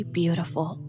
beautiful